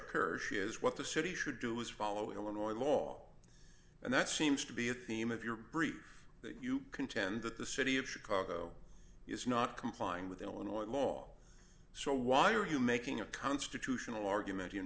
khurshid is what the city should do is follow illinois law and that seems to be a theme of your brief you contend that the city of chicago is not complying with illinois law so why are you making a constitutional argument in